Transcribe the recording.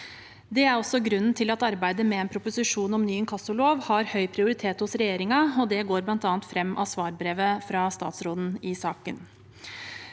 Det er også grunnen til at arbeidet med en proposisjon om ny inkassolov har høy prioritet i regjeringen. Det går bl.a. fram av svarbrevet fra statsråden i saken.